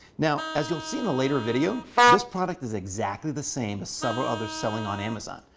now, as you'll see in a later video, this product is exactly the same as several others selling on amazon,